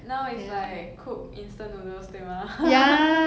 now is like cook instant noodles 对吗